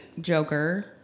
Joker